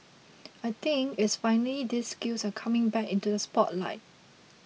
I think it's finally these skills are coming back into the spotlight